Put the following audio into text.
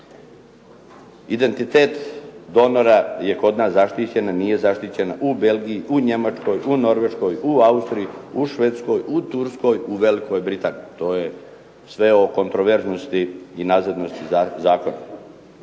Identitet donora je kod nas zaštićen, nije zaštićen u Belgiji, u Njemačkoj, u Norveškoj, u Austriji, u Švedskoj, u Turskoj, u Velikoj Britaniji. To je sve o kontroverznosti i nazadnosti zakona.